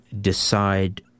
decide